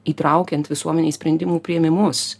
įtraukiant visuomenę į sprendimų priėmimus